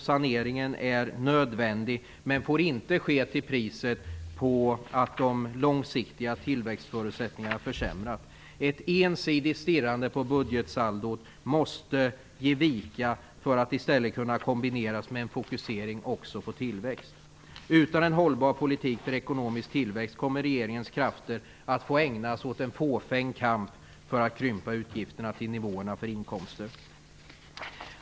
Saneringen är nödvändig men får inte ske till priset av att de långsiktiga tillväxtförutsättningarna försämras. Ett ensidigt stirrande på budgetsaldot måste ge vika för att i stället kunna kombineras med en fokusering också på tillväxt. Utan en hållbar politik för ekonomisk tillväxt kommer regeringens krafter att få ägnas åt en fåfäng kamp för att krympa utgifterna till nivåerna för inkomsterna.